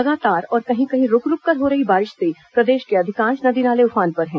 लगातार और कहीं कहीं रुक रुककर हो रही बारिश से प्रदेश के अधिकांश नदी नाले उफान पर हैं